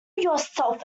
yourself